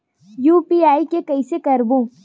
UPI के कइसे करबो?